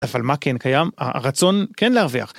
אבל מה כן קיים? הרצון כן להרוויח.